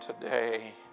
today